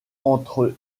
entre